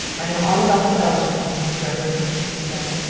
i know all about the belgians, mrs. gregory, he said.